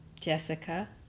Jessica